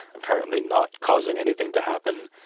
apparently not causing anything to happen,